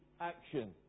action